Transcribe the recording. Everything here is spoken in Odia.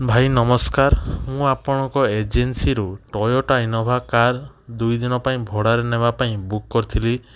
ଭାଇ ନମସ୍କାର ମୁଁ ଆପଣଙ୍କ ଏଜେନ୍ସିରୁ ଟୋୟୋଟା ଇନୋଭା କାର୍ ଦୁଇଦିନ ପାଇଁ ଭଡ଼ାରେ ନେବା ପାଇଁ ବୁକ୍ କରିଥିଲି